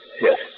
Yes